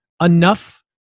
enough